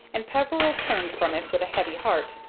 and peveril turned from it with a heavy heart.